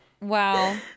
Wow